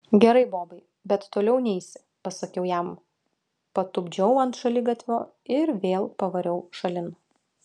gerai bobai bet toliau neisi pasakiau jam patupdžiau ant šaligatvio ir vėl pavariau šalin